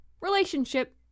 Relationship